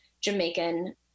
Jamaican